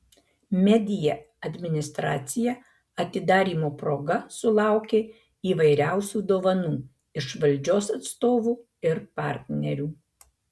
media administracija atidarymo proga sulaukė įvairiausių dovanų iš valdžios atstovų ir partnerių